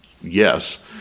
yes